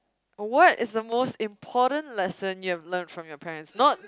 what is the most important lesson you have learnt from your parents not